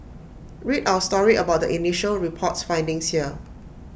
read our story about the initial report's findings here